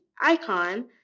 icon